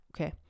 Okay